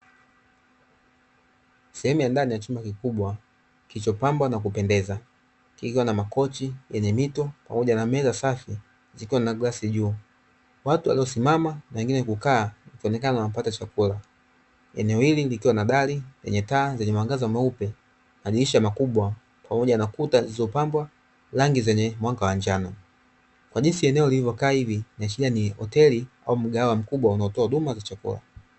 Sehemu ya ndani ya chumba kikubwa kilichopagwa na kupendeza kikiwa na makochi yenye mito pamoja na meza safi zikiwa na glasi juu . Watu waliosimama na wengine kukaa wakionekana wanapata chakula , eneo hili likiwa na Dari na taa zenye mwangaza mweupe, madirisha makubwa pamoja na Kuta zilizopabwa rangi za njano kwa jinsi eneo lilivyokaa hili ikiashiria ni hoteli au sehemu ya mgahawa mkubwa unayotoa huduma ya chakula.